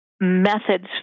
Methods